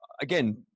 again